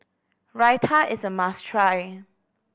Raita is a must try